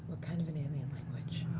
kind of an alien language?